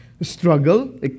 struggle